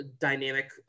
dynamic